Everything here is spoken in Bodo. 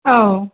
औ